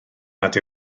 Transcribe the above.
nad